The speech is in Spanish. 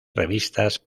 revistas